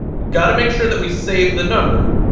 we gotta make sure that we save the number.